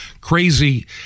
crazy